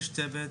יש צוות